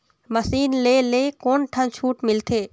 Machine ले ले कोन ठन छूट मिलथे?